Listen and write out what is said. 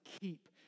keep